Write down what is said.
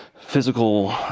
physical